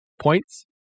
points